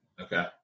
Okay